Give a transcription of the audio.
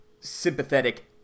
sympathetic